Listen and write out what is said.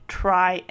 try